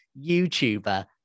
YouTuber